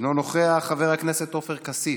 אינו נוכח, חבר הכנסת עופר כסיף,